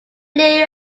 blue